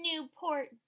Newport